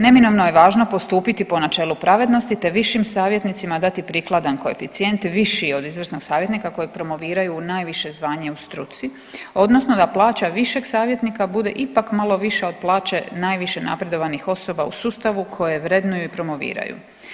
Neminovno je važno postupiti po načelu pravednosti, te višim savjetnicima dati prikladan koeficijent viši od izvrsnog savjetnika kojeg promoviraju u najviše zvanje u struci, odnosno da plaća višeg savjetnika bude ipak malo viša od plaće najviše napredovanih osoba u sustavu koje vrednuju i promoviraju.